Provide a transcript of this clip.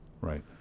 Right